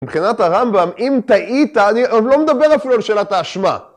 מבחינת הרמב״ם אם טעית אני לא מדבר אפילו על שאלת האשמה